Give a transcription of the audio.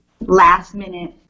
last-minute